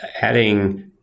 adding